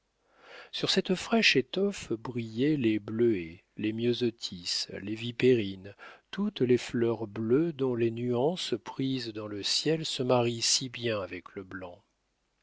sur cette fraîche étoffe brillaient les bluets les myosotis les vipérines toutes les fleurs bleues dont les nuances prises dans le ciel se marient si bien avec le blanc